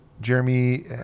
Jeremy